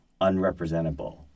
unrepresentable